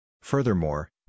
Furthermore